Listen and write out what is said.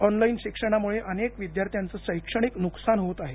online शिक्षणामुळे अनेक विद्यार्थ्यांचे शैक्षणिक नुकसान होत आहे